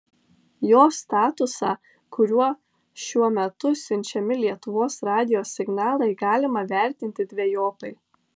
jo statusą kuriuo šiuo metu siunčiami lietuvos radijo signalai galima vertinti dvejopai